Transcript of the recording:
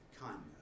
kindness